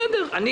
אני